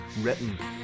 written